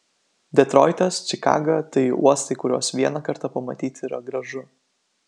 detroitas čikaga tai uostai kuriuos vieną kartą pamatyti yra gražu